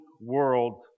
world